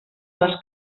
les